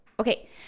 Okay